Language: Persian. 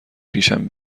پیشم